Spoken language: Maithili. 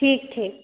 ठीक छै